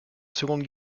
seconde